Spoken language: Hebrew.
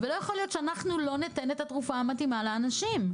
לא יכול להיות שאנחנו לא ניתן את התרופה המתאימה לאנשים.